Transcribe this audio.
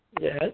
Yes